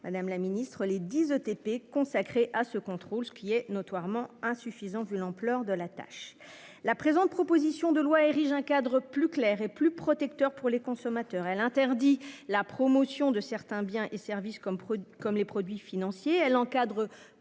Madame la Ministre les 10 ETP consacrée à ce contrôle, ce qui est notoirement insuffisant. Vu l'ampleur de la tâche. La présente, proposition de loi érige un cadre plus clair et plus protecteur pour les consommateurs, elle interdit la promotion de certains biens et services, comme, comme les produits financiers elle encadre